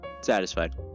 satisfied